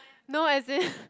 no as in